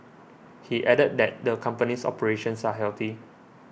he added that the company's operations are healthy